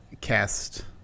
cast